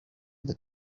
the